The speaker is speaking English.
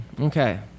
Okay